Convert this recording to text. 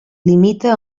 limita